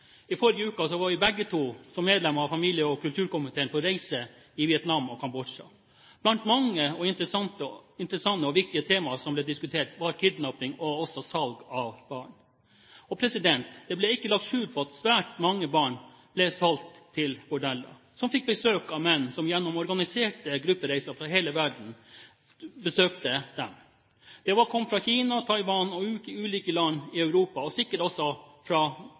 I forrige uke var vi, som medlemmer av familie- og kulturkomiteen på reise i Vietnam og Kambodsja. Blant mange interessante og viktige tema som ble diskutert, var kidnapping og salg av barn. Det ble ikke lagt skjul på at svært mange barn ble solgt til bordeller, som fikk besøk av menn fra organiserte gruppereiser fra hele verden. De kom fra Kina, Taiwan og ulike land i Europa, sikkert også fra